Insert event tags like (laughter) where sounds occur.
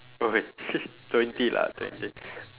oh wait (laughs) twenty lah twenty